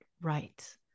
right